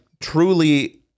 truly